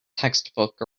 textbook